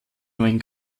neuen